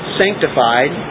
sanctified